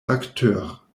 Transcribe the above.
acteurs